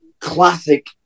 Classic